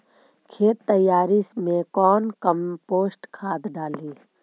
खेत तैयारी मे कौन कम्पोस्ट खाद डाली?